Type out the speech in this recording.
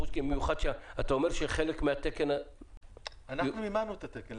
במיוחד כשאתה אומר שחלק מהתקן --- אנחנו מימנו את התקן.